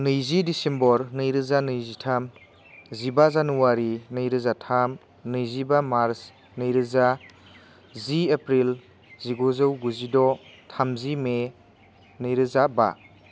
नैजि डिसेम्बर नैरोजा नैजिथाम जिबा जानुवारि नैरोजा थाम नैजिबा मार्च नैरोजा जि एप्रिल जिगुजौ गुजिद' थामजि मे नैरोजा बा